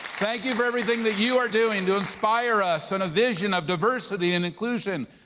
thank you for everything that you are doing to inspire us in a vision of diversity and inclusion.